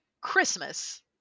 Christmas